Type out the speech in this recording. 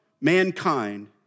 mankind